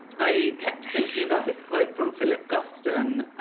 i kept thinking about this quote from philip guston,